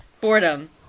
Boredom